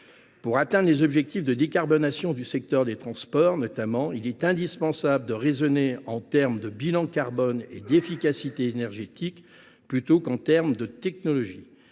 Pour atteindre les objectifs de décarbonation du secteur des transports notamment, il est indispensable de raisonner plutôt en termes de bilan carbone et d’efficacité énergétique qu’en termes de technologies.